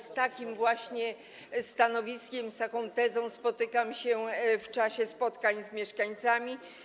Z takim właśnie stanowiskiem, z taką tezą spotykam się w czasie spotkań z mieszkańcami.